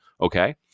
okay